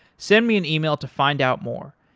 send me an email to find out more,